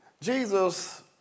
Jesus